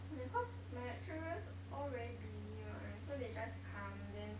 yeah cause my lecturers all very busy [one] so they just come then